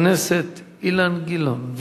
חבר הכנסת אילן גילאון,